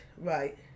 right